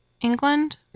England